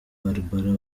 barbara